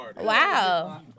Wow